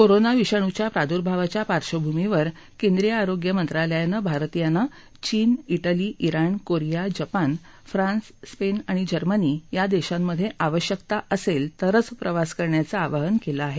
corona विषाणूच्या प्रादुर्भावाच्या पार्श्वभूमीवर केंद्रीय आरोग्य मंत्रालयानं भारतीयांना चीन Italy Iran Korea Japan France Spain आणि जर्मनी या देशांमध्ये आवश्यकता असेल तरच प्रवास करण्याचं आवाहन केलं आहे